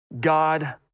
God